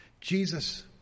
Jesus